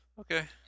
Okay